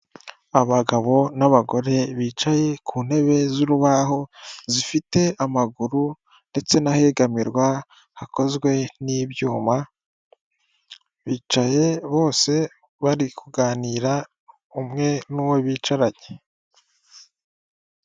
Abagabo n'abagore bicaye ku ntebe z'urubaho zifite amaguru ndetse n'ahegamirwa hakozwe n'ibyuma bicaye bose bari kuganira umwe n'uwo bicaranye.